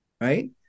Right